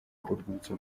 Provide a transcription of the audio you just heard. urwibutso